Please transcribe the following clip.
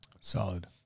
Solid